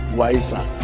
wiser